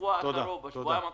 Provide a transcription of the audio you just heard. בשבוע-שבועיים הקרובים,